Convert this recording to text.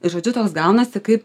žodžiu toks gaunasi kaip